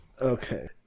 Okay